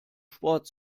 sport